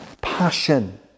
passion